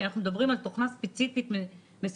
כי אנחנו מדברים על תוכנה ספציפית מסוימת,